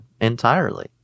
entirely